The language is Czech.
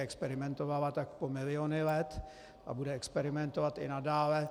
Experimentovala tak po miliony let a bude experimentovat i nadále.